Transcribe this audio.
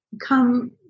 come